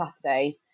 Saturday